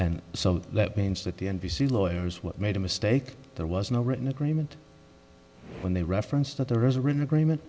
and so that means that the n b c lawyers what made a mistake there was no written agreement when they referenced that there is a written agreement